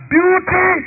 Beauty